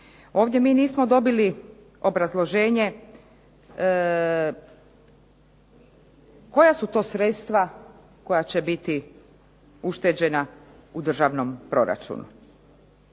Ovdje mi nismo dobili obrazloženje koja su to sredstva koja će biti ušteđena u državnom proračunu.